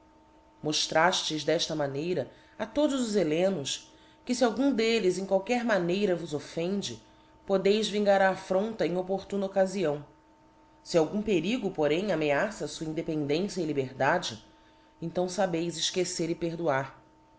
d efta maneira a todos os hellenos que fe algum d'elles em qualquer maneira vos offende f odeis vingar a affronta em opportuna occafião fe algum perigo porém ameaça a fua independência e liberdade então fabeis efquecer e perdoar